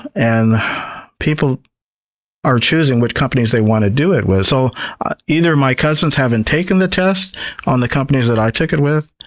and people are choosing which companies they want to do it with. so either my cousins haven't taken the test on the companies i took it with,